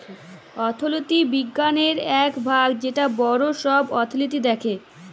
অথ্থলিতি বিজ্ঞালের ইক ভাগ যেট বড় ছব অথ্থলিতি দ্যাখে